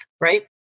right